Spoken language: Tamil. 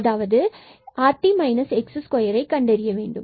அதாவது இதனை rt s2 கணக்கிட வேண்டும்